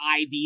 IV